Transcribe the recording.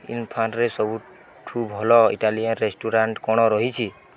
ଇମ୍ଫାଲ୍ରେ ସବୁଠୁ ଭଲ Italian restaurant କ'ଣ ରହିଛି